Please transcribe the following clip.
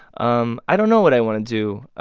um i don't know what i want to do.